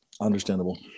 Understandable